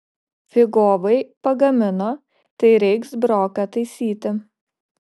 figovai pagamino tai reiks broką taisyti